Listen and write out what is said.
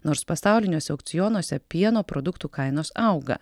nors pasauliniuose aukcionuose pieno produktų kainos auga